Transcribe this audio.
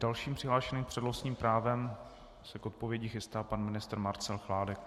Dalším přihlášeným s přednostním právem se k odpovědi chystá pan ministr Marcel Chládek.